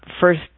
first